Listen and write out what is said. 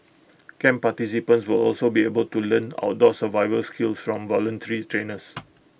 camp participants will also be able to learn outdoor survival skills from voluntary trainers